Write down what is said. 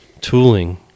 Tooling